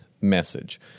message